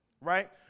right